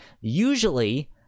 Usually